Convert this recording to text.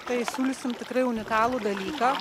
kai surasim tikrai unikalų dalyką